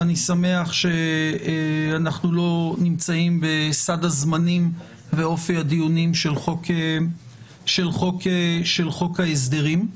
ואני שמח שאנחנו לא נמצאים בסד הזמנים ואופי הדיונים של חוק ההסדרים.